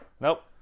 Nope